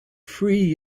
free